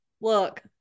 Look